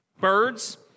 birds